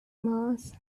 mass